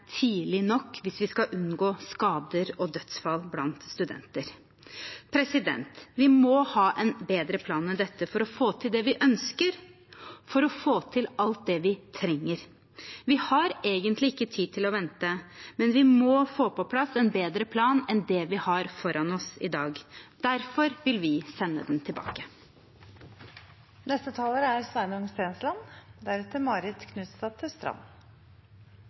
tidlig nok hvis vi skal unngå skader og dødsfall blant studenter. Vi må ha en bedre plan enn dette for å få til det vi ønsker og alt det vi trenger. Vi har egentlig ikke tid til å vente, men vi må få på plass en bedre plan enn den vi har foran oss i dag – derfor vil vi sende den tilbake. Det var interessant å høre representanten Moflag. Det kunne høres ut som om det er